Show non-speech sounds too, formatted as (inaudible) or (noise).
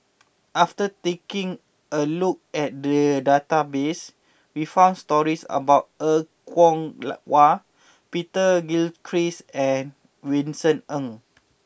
after taking a look at the database we found stories about Er Kwong (hesitation) Wah Peter Gilchrist and Vincent Ng